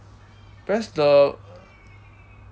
press the